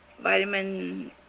vitamin